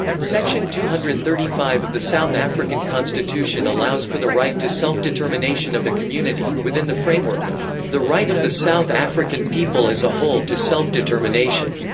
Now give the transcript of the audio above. section two hundred and thirty five of the south african constitution allows for the right to self-determination of a community, within the framework of the right of the south african people as a whole to self-determination,